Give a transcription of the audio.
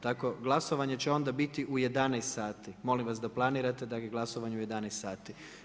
Tako glasovanje će onda biti u 11 sati, molim vas da planirate da je glasovanje u 11 sati.